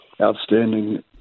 outstanding